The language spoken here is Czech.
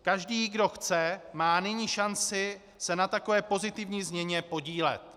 Každý, kdo chce, má nyní šanci se na takové pozitivní změně podílet.